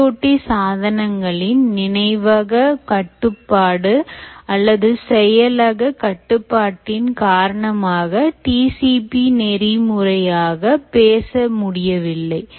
IoT சாதனங்களின் நினைவக கட்டுப்பாடு அல்லது செயலக கட்டுப்பாட்டின் காரணமாக TCP நெறிமுறையாக பேச முடியவில்லை